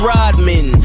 Rodman